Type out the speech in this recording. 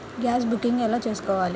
Gas booking ఎలా చేసుకోవాలి?